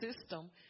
system